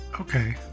Okay